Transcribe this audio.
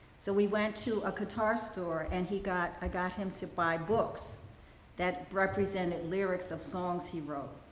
so we went to a guitar store and he got i got him to buy books that represented lyrics of songs he wrote.